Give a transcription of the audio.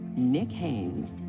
nick haines.